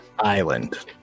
island